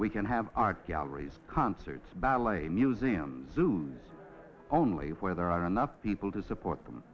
we can have art galleries concerts ballet museums zoos only where there are enough people to support them